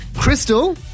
Crystal